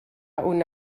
una